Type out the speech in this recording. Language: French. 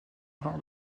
erreur